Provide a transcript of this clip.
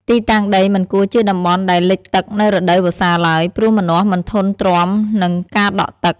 ទីតាំងដីមិនគួរជាតំបន់ដែលលិចទឹកនៅរដូវវស្សាឡើយ ព្រោះម្នាស់មិនធន់ទ្រាំនឹងការដក់ទឹក។